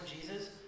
Jesus